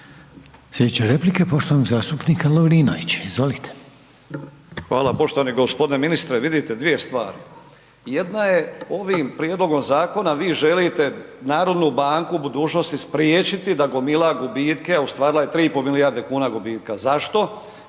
Slijedeće replike poštovanog zastupnika Lovrinovića, izvolite. **Lovrinović, Ivan (Promijenimo Hrvatsku)** Hvala. Poštovani g. ministre vidite dvije stvari, jedna je ovim prijedlogom zakonom vi želite narodnu banku u budućnosti spriječiti da gomila gubitke, a ostvarila je 3,5 milijarde kuna gubitka. Zašto?